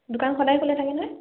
দোকান সদায় খোলা থাকে নহয়